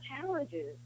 challenges